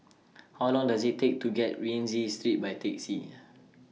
How Long Does IT Take to get Rienzi Street By Taxi